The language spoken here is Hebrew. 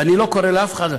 ואני לא קורא לאף אחד,